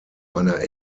einer